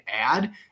add